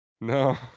No